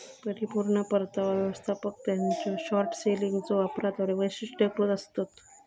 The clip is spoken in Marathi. परिपूर्ण परतावा व्यवस्थापक त्यांच्यो शॉर्ट सेलिंगच्यो वापराद्वारा वैशिष्ट्यीकृत आसतत